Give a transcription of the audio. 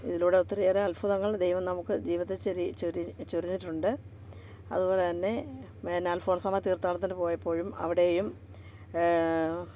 ഇതിലൂടെ ഒത്തിരിയേറെ അത്ഭുതങ്ങൾ ദൈവം നമുക്ക് ജീവിത ചൊരിഞ്ഞിട്ടുണ്ട് അതുപോലെ തന്നെ അൽഫോൺസാമ്മ തീർത്ഥാടനത്തിന് പോയപ്പോഴും അവിടെയും